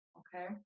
okay